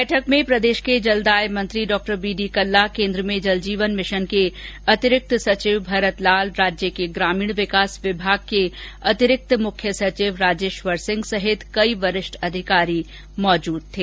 बैठक में प्रदेश के जलदाय और ऊर्जा मंत्री डॉ बी डी कल्ला केन्द्र में जल जीवन मिशन के अतिरिक्त सचिव भरत लाल राज्य के ग्रामीण विकास विभाग के अतिरिक्त मुख्य सचिव राजेश्वर सिंह सहित कई वरिष्ठ अधिकारी मौजूद थे